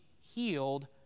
healed